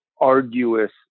arduous